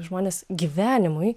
žmonės gyvenimui